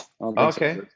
Okay